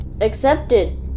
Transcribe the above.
Accepted